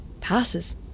Passes